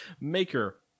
maker